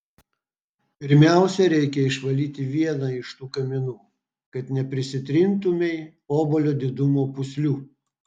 pirmiausia reikia išvalyti vieną iš tų kaminų kad neprisitrintumei obuolio didumo pūslių